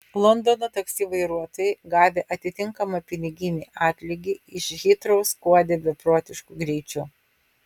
londono taksi vairuotojai gavę atitinkamą piniginį atlygį iš hitrou skuodė beprotišku greičiu